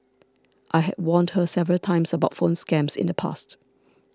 I had warned her several times about phone scams in the past